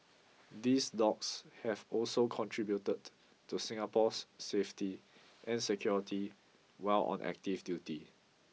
these dogs have also contributed to Singapore's safety and security while on active duty